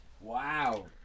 Wow